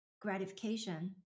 gratification